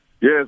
yes